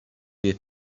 you